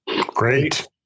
Great